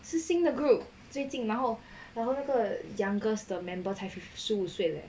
是新的 group 最近然后然后那个 youngest 的 member 才十五岁 leh